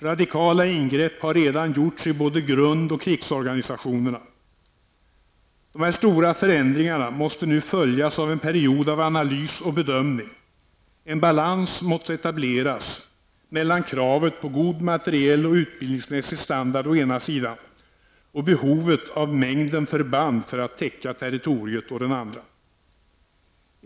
Radikala ingrepp har redan gjorts i både grund och krigsorganisationerna. Dessa stora förändringar måste nu följas av en period av analys och bedömning. En balans måste etableras mellan kravet på god materiell och utbildningsmässig standard å ena sidan och behovet av mängden förband för att täcka territoriet å den andra.